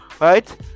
right